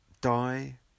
die